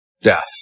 Death